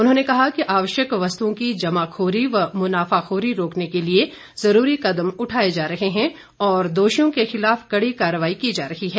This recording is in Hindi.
उन्होंने कहा कि आवश्यक वस्तुओं की जमाखोरी व मुनाफाखोरी रोकने के लिए जरूरी कदम उठाए जा रहे हैं और दोषियों के खिलाफ कड़ी कार्रवाई की जा रही है